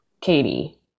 Katie